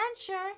adventure